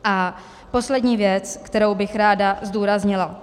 A poslední věc, kterou bych ráda zdůraznila.